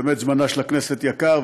באמת זמנה של הכנסת יקר,